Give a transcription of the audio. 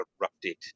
erupted